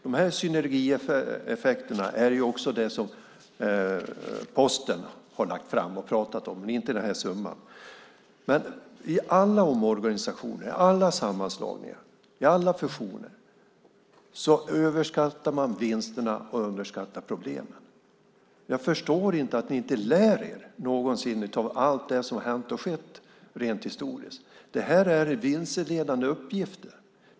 De här synergieffekterna är också det som Posten har lagt fram och pratat om, men inte summan. I alla omorganisationer, i alla sammanslagningar och i alla fusioner överskattar man vinsterna och underskattar problemen. Jag förstår inte att ni aldrig någonsin lär er av allt det som har hänt och skett rent historiskt. Det här är vilseledande uppgifter.